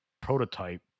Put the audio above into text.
prototype